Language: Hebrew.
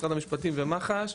משרד המשפטים ומח"ש,